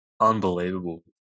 unbelievable